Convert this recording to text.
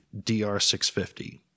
DR650